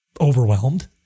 overwhelmed